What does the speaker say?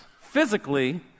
physically